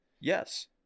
Yes